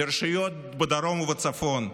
לרשויות בדרום ובצפון,